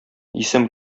исем